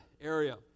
area